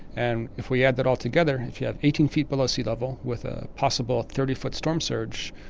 and if we add that altogether, if you have eighteen feet below sea level with a possible thirty foot storm surge,